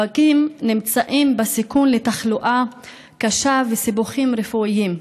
הפגים נמצאים בסיכון לתחלואה קשה וסיבוכים רפואיים.